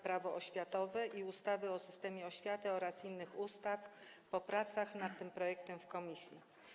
Prawo oświatowe i ustawy o systemie oświaty oraz innych ustaw po etapie prac nad tym projektem w komisji.